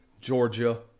Georgia